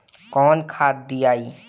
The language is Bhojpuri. कौन खाद दियई?